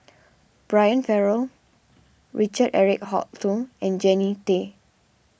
Brian Farrell Richard Eric Holttum and Jannie Tay